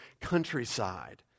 countryside